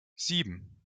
sieben